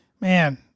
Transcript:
Man